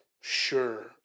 sure